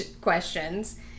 questions